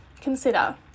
Consider